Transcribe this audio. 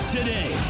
Today